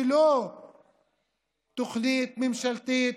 ולא תוכנית ממשלתית